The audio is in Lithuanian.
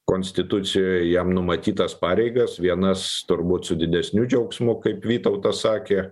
konstitucijoj jam numatytas pareigas vienas turbūt su didesniu džiaugsmu kaip vytautas sakė